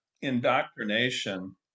indoctrination